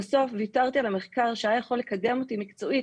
בסוף ויתרתי על המחקר שהיה יכול לקדם אותי מקצועית,